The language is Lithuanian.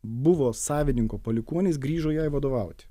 buvo savininko palikuonys grįžo jai vadovauti